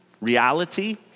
Reality